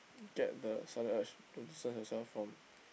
get the sudden urge to distance yourself from